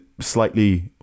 slightly